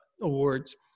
awards